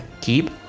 keep